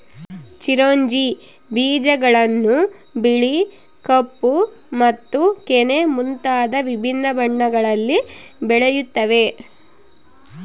ಚಿರೊಂಜಿ ಬೀಜಗಳನ್ನು ಬಿಳಿ ಕಪ್ಪು ಮತ್ತು ಕೆನೆ ಮುಂತಾದ ವಿಭಿನ್ನ ಬಣ್ಣಗಳಲ್ಲಿ ಬೆಳೆಯುತ್ತವೆ